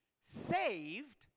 saved